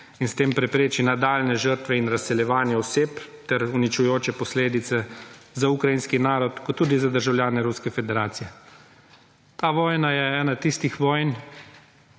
in s tem prepreči nadaljnje žrtve in razseljevanje oseb ter uničujoče posledice za ukrajinski narod, kot tudi za državljane Ruske federacije. Ta vojna je ena tistih vojn,